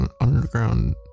Underground